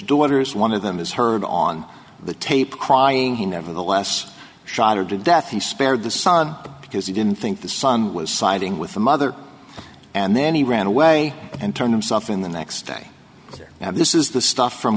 daughters one of them is heard on the tape crying he nevertheless shot her to death he spared the son because he didn't think the son was siding with the mother and then he ran away and turn himself in the next day or now this is the stuff from